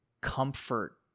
comfort